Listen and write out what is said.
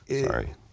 Sorry